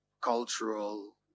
cultural